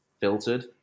filtered